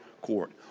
court